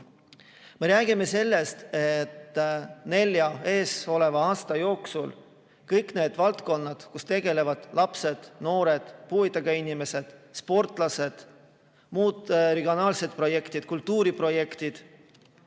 Me räägime sellest, et nelja eesoleva aasta jooksul kõik need valdkonnad, millega on seotud lapsed, noored, puuetega inimesed, sportlased, muud regionaalsed projektid, kultuuriprojektid,